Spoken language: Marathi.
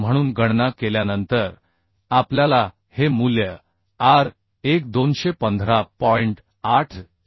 बरोबर म्हणून गणना केल्यानंतर आपल्याला हे मूल्य r1 215